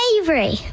Avery